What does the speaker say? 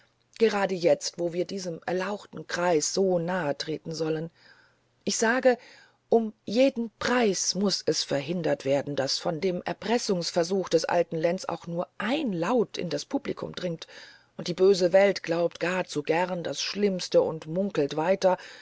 gerade jetzt wo wir diesem erlauchten kreise so nahe treten sollen ich sage um jeden preis muß es verhindert werden daß von dem erpressungsversuch des alten lenz auch nur ein laut in das publikum dringt die böse welt glaubt gar zu gern das schlimmste und munkelt weiter